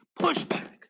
pushback